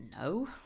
no